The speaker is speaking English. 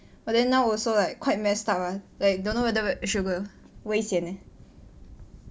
but then now also like quite messed up ah like don't know whether the should go 危险 ah